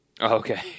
okay